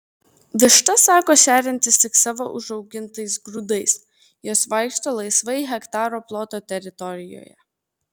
vištas sako šeriantis tik savo užaugintais grūdais jos vaikšto laisvai hektaro ploto teritorijoje